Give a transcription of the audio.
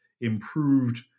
improved